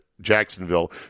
Jacksonville